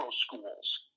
schools